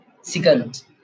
Second